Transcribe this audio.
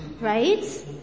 Right